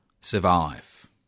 survive